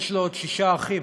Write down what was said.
יש לו עוד שישה אחים.